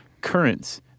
currents